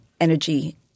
energy